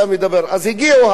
אז הגיעו האחיות.